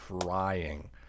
trying